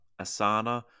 Asana